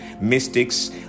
mystics